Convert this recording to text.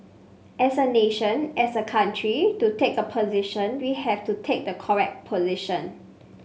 as a nation as a country to take a position we have to take the correct position